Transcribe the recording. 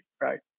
Right